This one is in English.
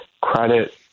credit